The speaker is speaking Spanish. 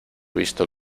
visto